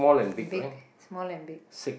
big small and big